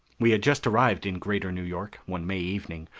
we had just arrived in greater new york, one may evening,